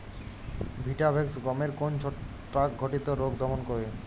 Vitavax গমের কোন ছত্রাক ঘটিত রোগ দমন করে?